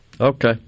Okay